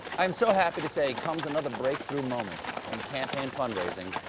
i'm so happy to say comes another break through moment in campaign fund-raising.